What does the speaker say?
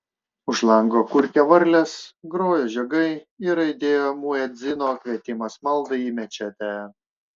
už lango kurkė varlės grojo žiogai ir aidėjo muedzino kvietimas maldai į mečetę